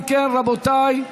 אם כן, רבותיי,